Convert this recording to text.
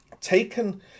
taken